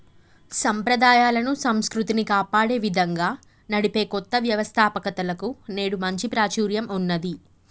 సంప్రదాయాలను, సంస్కృతిని కాపాడే విధంగా నడిపే కొత్త వ్యవస్తాపకతలకు నేడు మంచి ప్రాచుర్యం ఉన్నది